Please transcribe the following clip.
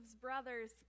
brothers